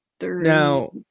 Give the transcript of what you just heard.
Now